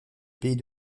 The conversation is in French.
pays